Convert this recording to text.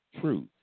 truth